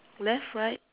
left right